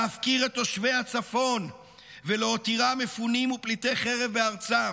להפקיר את תושבי הצפון ולהותירם מפונים ופליטי חרב בארצם,